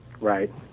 right